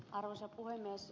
arvoisa puhemies